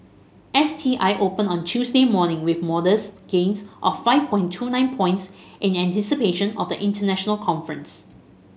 S T I opened on Tuesday morning with modest gains of five point two nine points in anticipation of the international conference